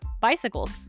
bicycles